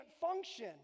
function